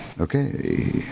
Okay